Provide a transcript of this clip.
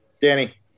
Danny